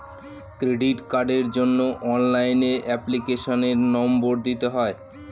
credit কার্ডের জন্য অনলাইনে এপ্লিকেশনের নম্বর দিতে হয়